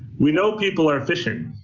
we know people are fishing.